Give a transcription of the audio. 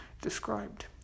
described